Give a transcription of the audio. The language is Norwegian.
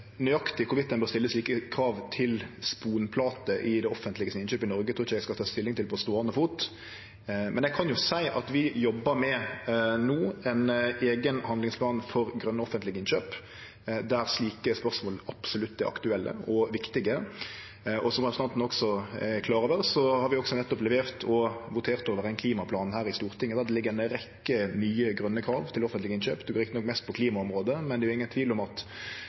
nøyaktig i kva grad ein bør stille slike krav til sponplater i samband med det offentlege sine innkjøp i Noreg, trur eg ikkje eg skal ta stilling til det på ståande fot. Men eg kan seie at vi no jobbar med ein eigen handlingsplan for grøne offentlege innkjøp der slike spørsmål absolutt er aktuelle og viktige. Som representanten Haltbrekken òg er klar over, har vi òg nettopp levert og votert over ein klimaplan her i Stortinget, der det ligg ei rekkje nye grøne krav til offentlege innkjøp. Det blir rett nok mest på klimaområdet, men det er ingen tvil om at